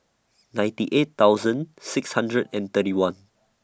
ninety eight thousand six hundred and thirty one